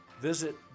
Visit